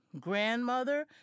grandmother